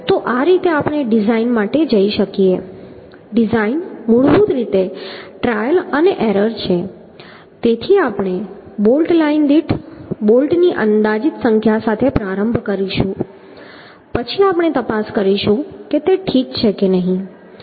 તો આ રીતે આપણે ડિઝાઇન માટે જઈ શકીએ ડિઝાઇન મૂળભૂત રીતે ટ્રાયલ અને એરર છે તેથી આપણે બોલ્ટ લાઇન દીઠ બોલ્ટની અંદાજિત સંખ્યા સાથે પ્રારંભ કરીશું પછી આપણે તપાસ કરીશું કે તે ઠીક છે કે નહીં